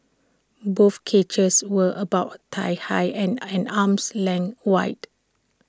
both cages were about thigh high and an arm's length wide